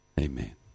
Amen